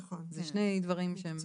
זה שני דברים שהם שונים.